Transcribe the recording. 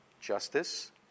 justice